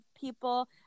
people